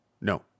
No